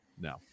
no